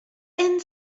end